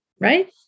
right